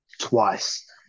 twice